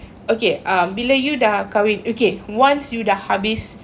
okay uh bila you dah kahwin okay once you dah habis